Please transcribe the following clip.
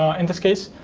ah in this case.